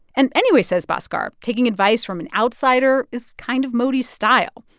and anyway, says bhaskar, taking advice from an outsider is kind of modi's style.